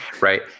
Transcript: right